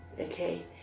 Okay